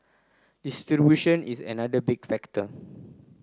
distribution is another big factor